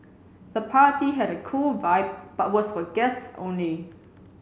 the party had a cool vibe but was for guests only